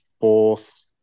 fourth